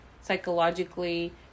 psychologically